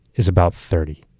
is about thirty.